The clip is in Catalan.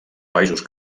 països